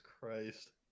Christ